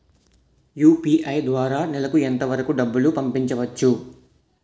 UPI ద్వారా నెలకు ఎంత వరకూ డబ్బులు పంపించవచ్చు?